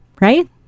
right